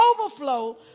overflow